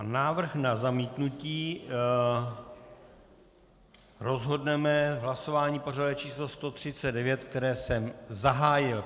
Návrh na zamítnutí rozhodneme v hlasování pořadové číslo 139, které jsem zahájil.